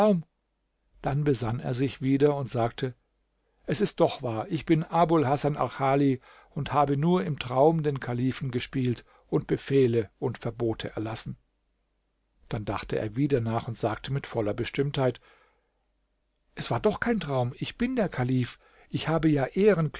dann besann er sich wieder und sagte es ist doch wahr ich bin abul hasan alchali und habe nur im traum den kalifen gespielt und befehle und verbote erlassen dann dachte er wieder nach und sagte mit voller bestimmtheit es war doch kein traum ich bin der kalif ich habe ja